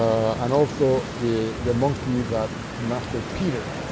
and also the monkey that master peter